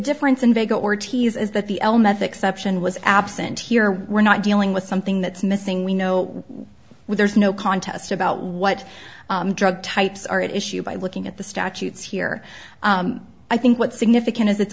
difference in vega ortiz is that the element the exception was absent here we're not dealing with something that's missing we know there's no contest about what drug types are at issue by looking at the statutes here i think what's significant is it's